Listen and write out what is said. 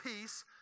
peace